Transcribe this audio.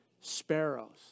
sparrows